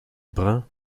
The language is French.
brun